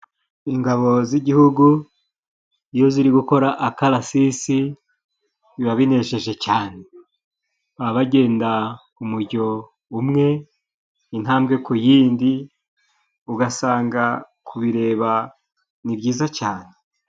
Ingabo z'igihugu iyo ziri gukora akarasisi biba binejeje cane; baba bagenda umujyo umwe, intambwe ku yindi ugasanga kubireba ni byiza cane.